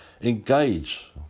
engage